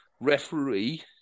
referee